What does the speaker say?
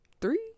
three